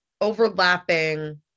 overlapping